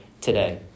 today